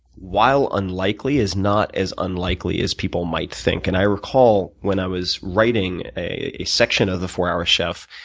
while unlikely, is not as unlikely as people might think. and i recall when i was writing a section of the four-hour chef,